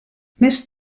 més